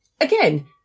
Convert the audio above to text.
again